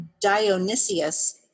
Dionysius